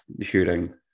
shooting